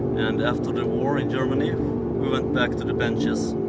and after the war in germany we went back to the benches,